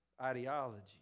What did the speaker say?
ideology